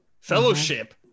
Fellowship